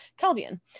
Chaldean